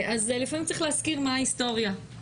לפעמים צריך להזכיר מה ההיסטוריה.